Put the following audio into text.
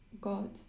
God